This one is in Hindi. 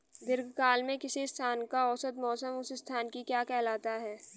दीर्घकाल में किसी स्थान का औसत मौसम उस स्थान की क्या कहलाता है?